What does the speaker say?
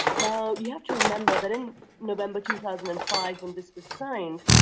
now, you have to remember that in november two thousand and five when this was signed,